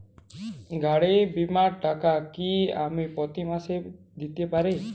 গাড়ী বীমার টাকা কি আমি প্রতি মাসে দিতে পারি?